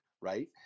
right